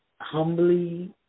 humbly